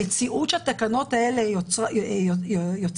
המציאות שהתקנות האלה יוצרות,